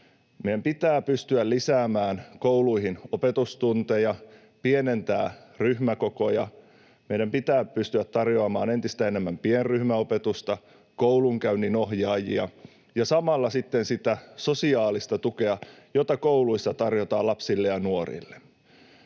Meidän pitää pystyä lisäämään kouluihin opetustunteja, pienentämään ryhmäkokoja. Meidän pitää pystyä tarjoamaan entistä enemmän pienryhmäopetusta, koulunkäynninohjaajia ja samalla sitten sitä sosiaalista tukea, jota kouluissa tarjotaan lapsille ja nuorille.